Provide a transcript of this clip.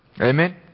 Amen